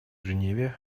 женеве